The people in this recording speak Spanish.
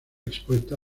expuesta